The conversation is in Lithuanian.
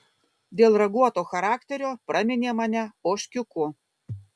dėl raguoto charakterio praminė mane ožkiuku